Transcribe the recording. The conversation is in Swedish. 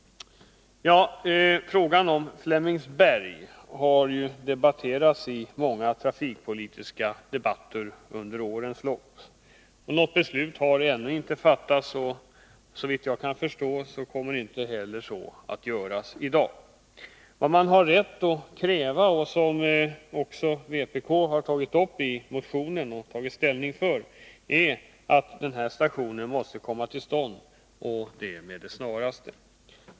Frågan om Flemingsbergs station har behandlats i många trafikpolitiska debatter under årens lopp. Något beslut har ännu inte fattats, och såvitt jag kan förstå kommer det inte heller att göras i dag. Vad man har rätt att kräva, som också vpk i en motion har tagit ställning för, är att denna station måste komma till stånd, och det med det snaraste.